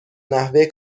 نحوه